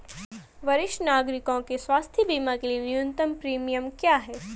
वरिष्ठ नागरिकों के स्वास्थ्य बीमा के लिए न्यूनतम प्रीमियम क्या है?